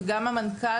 וגם המנכ"ל,